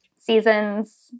Seasons